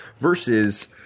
versus